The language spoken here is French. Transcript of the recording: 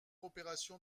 opération